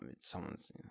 someone's